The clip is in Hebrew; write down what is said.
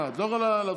מה, את לא יכולה להפסיק?